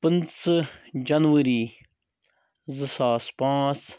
پٕنٛژٕہ جنؤری زٕ ساس پانٛژ